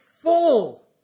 full